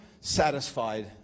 satisfied